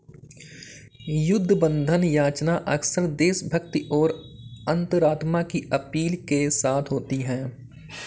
युद्ध बंधन याचना अक्सर देशभक्ति और अंतरात्मा की अपील के साथ होती है